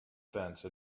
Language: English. fence